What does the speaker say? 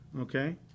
okay